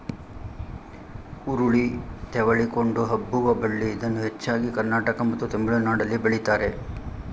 ಹುರುಳಿ ತೆವಳಿಕೊಂಡು ಹಬ್ಬುವ ಬಳ್ಳಿ ಇದನ್ನು ಹೆಚ್ಚಾಗಿ ಕರ್ನಾಟಕ ಮತ್ತು ತಮಿಳುನಾಡಲ್ಲಿ ಬೆಳಿತಾರೆ